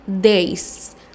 days